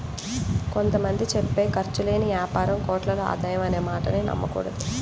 కొంత మంది చెప్పే ఖర్చు లేని యాపారం కోట్లలో ఆదాయం అనే మాటలు నమ్మకూడదు